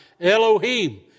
Elohim